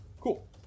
Cool